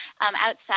outside